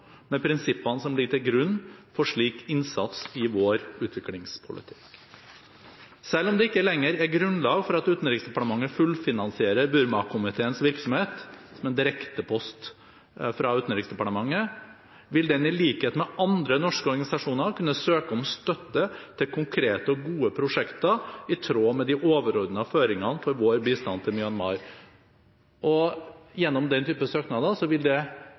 med prinsippene som ligger til grunn for slik innsats i vår utviklingspolitikk. Selv om det ikke lenger er grunnlag for at Utenriksdepartementet fullfinansierer Burmakomiteens virksomhet med en direktepost fra Utenriksdepartementet, vil den i likhet med andre norske organisasjoner kunne søke om støtte til konkrete og gode prosjekter i tråd med de overordnede føringene for vår bistand til Myanmar. Gjennom den typen søknader vil det